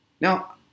Now